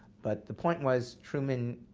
but the point was, truman,